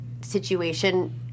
situation